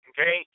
Okay